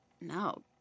No